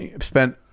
spent